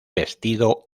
vestido